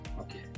Okay